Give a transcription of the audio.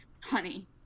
honey